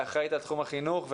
ואחראית על תחום החינוך.